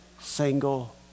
single